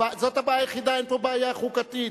זאת הבעיה היחידה, אין פה בעיה חוקתית.